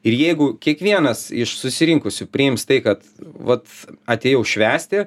ir jeigu kiekvienas iš susirinkusių priims tai kad vat atėjau švęsti